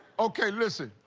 okay, listen,